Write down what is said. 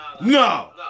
No